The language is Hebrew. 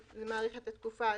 זה מאריך את התקופה הזו.